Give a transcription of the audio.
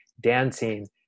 dancing